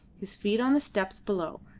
his feet on the steps below,